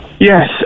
Yes